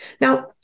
now